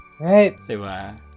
Right